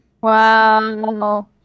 Wow